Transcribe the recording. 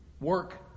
Work